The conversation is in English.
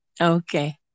Okay